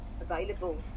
available